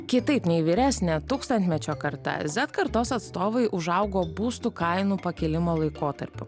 kitaip nei vyresnė tūkstantmečio karta zet kartos atstovai užaugo būstų kainų pakilimo laikotarpiu